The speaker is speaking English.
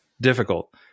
difficult